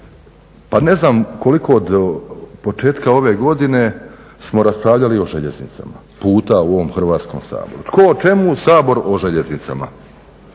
Pa ne znam koliko od početka ove godine smo raspravljali o željeznicama puta u ovom Hrvatskom saboru. Tko o čemu, Sabor o željeznicama.